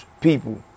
people